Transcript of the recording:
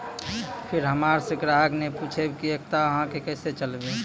फिर हमारा से ग्राहक ने पुछेब की एकता अहाँ के केसे चलबै?